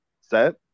set